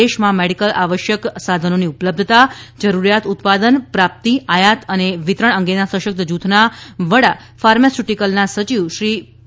દેશમાં મેડીકલના આવશ્યક સાધનોની ઉપલબ્ધતા જરૂરિયાત ઉત્પાદન પ્રાપ્તિ આયાત અને વિતરણ અંગેના સશક્ત જૂથના વડા ફાર્માસ્યુટિકલના સચિવ શ્રી પી